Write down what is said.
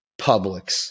Publix